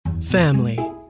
Family